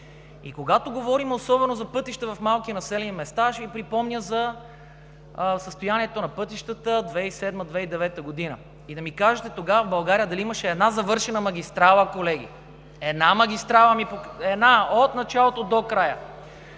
Когато говорим, особено за пътища в малки населени места, ще Ви припомня за състоянието на пътищата през 2007 – 2009 г. и да ми кажете, тогава в България дали имаше една завършена магистрала, колеги? Една магистрала от началото до края,